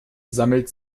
sammelt